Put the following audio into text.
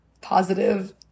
positive